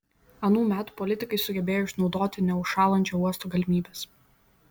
anų metų politikai sugebėjo išnaudoti neužšąlančio uosto galimybes